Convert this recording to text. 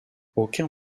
aucun